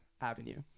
Avenue